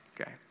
okay